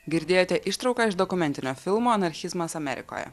girdėjote ištrauką iš dokumentinio filmo anarchizmas amerikoje